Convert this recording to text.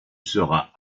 sera